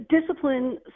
Discipline